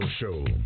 Show